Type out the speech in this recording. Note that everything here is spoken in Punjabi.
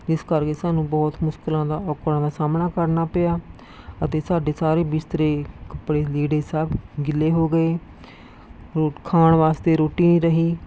ਜਿਸ ਕਰਕੇ ਸਾਨੂੰ ਬਹੁਤ ਮੁਸ਼ਕਿਲਾਂ ਦਾ ਔਕੜਾਂ ਦਾ ਸਾਹਮਣਾ ਕਰਨਾ ਪਿਆ ਅਤੇ ਸਾਡੇ ਸਾਰੇ ਬਿਸਤਰੇ ਕੱਪੜੇ ਲੀੜੇ ਸਭ ਗਿੱਲ੍ਹੇ ਹੋ ਗਏ ਖਾਣ ਵਾਸਤੇ ਰੋਟੀ ਨਹੀਂ ਰਹੀ